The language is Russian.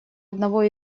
одного